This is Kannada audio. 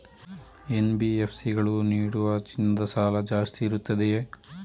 ಎನ್.ಬಿ.ಎಫ್.ಸಿ ಗಳು ನೀಡುವ ಚಿನ್ನದ ಸಾಲ ಜಾಸ್ತಿ ಇರುತ್ತದೆಯೇ?